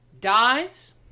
dies